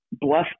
blessed